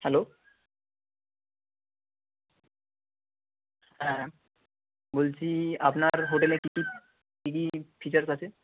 hello হ্যাঁ বলছি আপনার হোটেলে কী কী কী কী ফিচার্স আছে